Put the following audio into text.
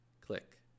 Click